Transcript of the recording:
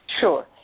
Sure